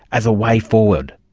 as a way forward.